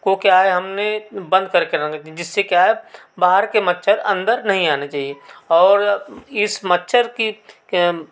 को क्या है हमने बंद करके रखना चाहिए जिससे क्या है बाहर के मच्छर अंदर नहीं आने चाहिए और इस मच्छर की